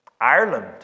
Ireland